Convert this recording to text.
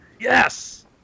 Yes